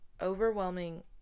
overwhelming